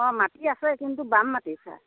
অ' মাটি আছে কিন্তু বাম মাটি ছাৰ